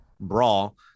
brawl